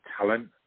talent